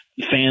Fans